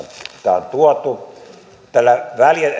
on tuotu tällä